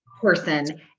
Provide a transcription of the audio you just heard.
person